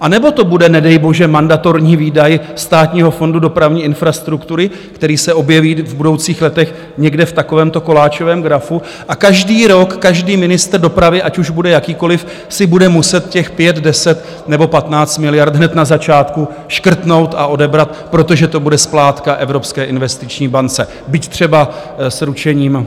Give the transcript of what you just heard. Anebo to bude, nedej bože, mandatorní výdaj Státního fondu dopravní infrastruktury, který se objeví v budoucích letech někde v takovémto koláčovém grafu a každý rok každý ministr dopravy, ať už bude jakýkoliv, si bude muset těch 5, 10 nebo 15 miliard hned na začátku škrtnout a odebrat, protože to bude splátka Evropské investiční bance, byť třeba s ručením